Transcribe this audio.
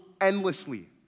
endlessly